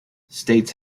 states